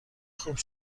خوب